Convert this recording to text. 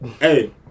Hey